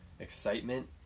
excitement